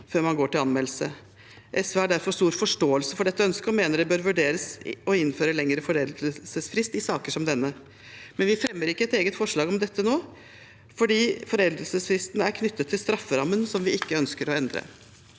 før man går til anmeldelse. SV har derfor stor forståelse for dette ønsket og mener det bør vurderes å innføre lengre foreldelsesfrist i saker som denne. Men vi fremmer ikke et eget forslag om dette nå fordi foreldelsesfrist er knyttet til strafferammen som vi ikke ønsker å endre.